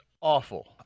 awful